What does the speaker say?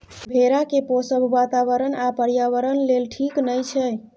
भेड़ा केँ पोसब बाताबरण आ पर्यावरण लेल ठीक नहि छै